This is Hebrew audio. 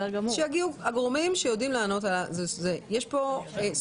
שיגיעו הגורמים שיודעים לענות על השאלות האלה.